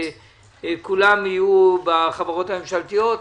וכולם יהיו בחברות הממשלתיות.